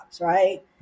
right